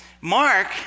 Mark